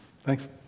Thanks